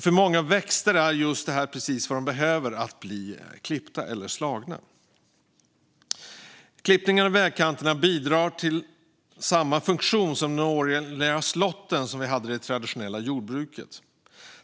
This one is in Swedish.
För många växter är det här just precis vad de behöver: att bli klippta eller slagna. Klippningen av vägkanterna bidrar till samma funktion som den årliga slåttern i det traditionella jordbruket.